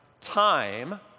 time